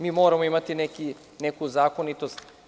Mi moramo imati neku zakonitost.